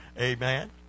Amen